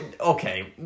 Okay